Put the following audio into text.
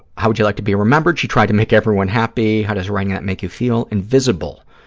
how would you like to be remembered? she tried to make everyone happy. how does writing that make you feel? invisible.